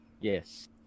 Yes